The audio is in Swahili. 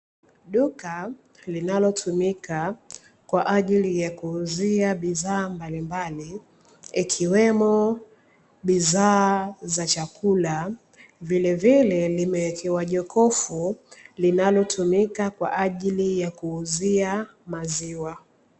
Duka linalotumika kwa ajili ya kuuzia bidhaa mbalimbali, ikiwemo bidhaa za chakula. Vilevile limewekewa jokofu linalotumika kwa ajili ya kuuzia maziwa.